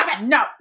no